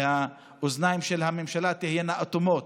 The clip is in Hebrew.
והאוזניים של הממשלה תהיינה אטומות.